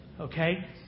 Okay